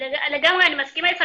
לגמרי אני מסכימה איתך,